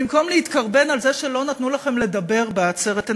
במקום להתקרבן על זה שלא נתנו לכם לדבר בעצרת,